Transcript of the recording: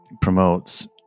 promotes